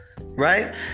right